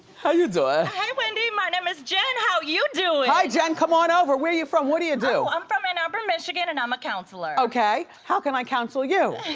how you doin'? hey, wendy, my name is jen, how you doin'? hi jen, come on over. where you from, what do you do? i'm from ann arbor, michigan and i'm a counselor. okay, how can i counsel you?